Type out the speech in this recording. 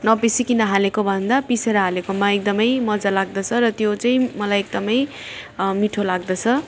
नपिसीकन हालेको भन्दा पिसेर हालेकोमा एकदम मजा लाग्दछ र त्यो चाहिँ मलाई एकदम मिठो लाग्दछ